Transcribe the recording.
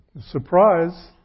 surprise